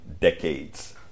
decades